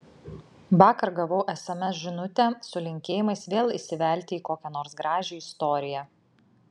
vakar gavau sms žinutę su linkėjimais vėl įsivelti į kokią nors gražią istoriją